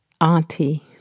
auntie